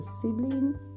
sibling